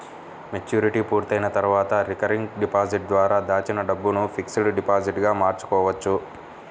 maturity పూర్తయిన తర్వాత recurring deposit ద్వారా దాచిన డబ్బును ఫిక్స్డ్ డిపాజిట్ గా మార్చుకోవచ్చు